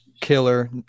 Killer